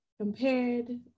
compared